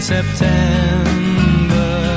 September